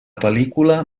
pel·lícula